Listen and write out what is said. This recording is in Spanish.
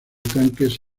tanques